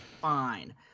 Fine